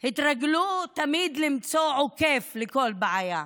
התרגלו תמיד למצוא מעקף לכל בעיה.